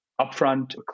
upfront